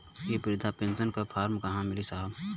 इ बृधा पेनसन का फर्म कहाँ मिली साहब?